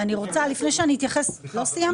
לא סיימת?